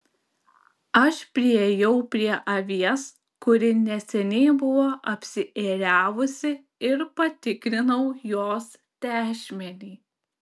aš priėjau prie avies kuri neseniai buvo apsiėriavusi ir patikrinau jos tešmenį